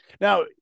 Now